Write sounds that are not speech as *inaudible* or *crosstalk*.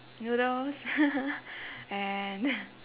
noodles *laughs* and *laughs*